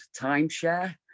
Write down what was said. timeshare